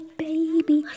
baby